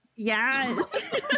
Yes